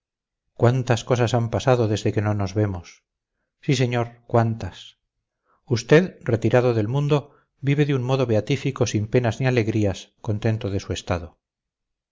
cuántas cosas han pasado desde que no nos vemos sí señor cuántas usted retirado del mundo vive de un modo beatífico sin penas ni alegrías contento de su estado